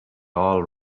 all